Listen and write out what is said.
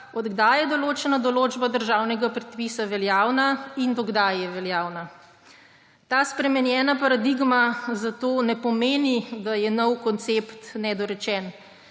od kdaj je določena določba državnega predpisa veljavna in do kdaj je veljavna. Ta spremenjena paradigma zato ne pomeni, da je novi koncept nedorečen,